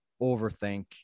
overthink